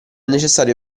necessario